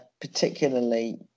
particularly